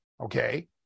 Okay